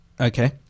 Okay